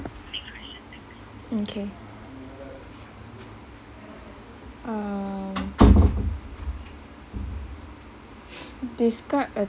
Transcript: okay um describe a